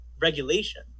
regulation